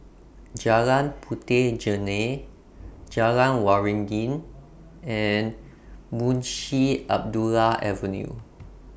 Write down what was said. Jalan Puteh Jerneh Jalan Waringin and Munshi Abdullah Avenue